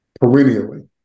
perennially